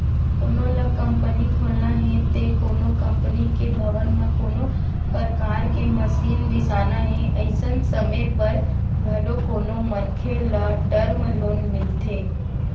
कोनो ल कंपनी खोलना हे ते कोनो कंपनी के भवन म कोनो परकार के मसीन बिसाना हे अइसन समे बर घलो कोनो मनखे ल टर्म लोन मिलथे